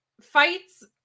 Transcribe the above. fights